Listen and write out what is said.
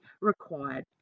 required